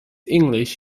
english